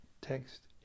Text